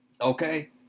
okay